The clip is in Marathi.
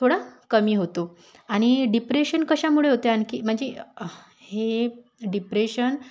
थोडा कमी होतो आणि डिप्रेशन कशामुळे होते आणखी म्हणजे ह हे डिप्रेशन